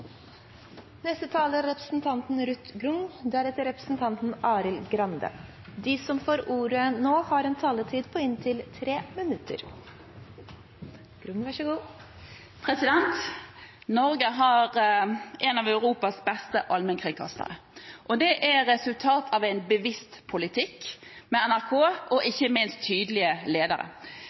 De talere som heretter får ordet, har en taletid på inntil 3 minutter. Norge har en av Europas beste allmennkringkastere. Det er resultat av en bevisst politikk med NRK og ikke minst tydelige ledere.